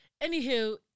Anywho